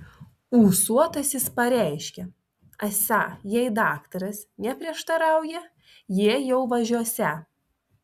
ūsuotasis pareiškė esą jei daktaras neprieštarauja jie jau važiuosią